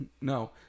No